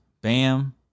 bam